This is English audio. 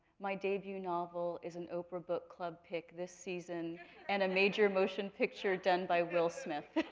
my debut novel is an oprah book club pick this season and a major motion picture done by will smith.